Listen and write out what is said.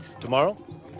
Tomorrow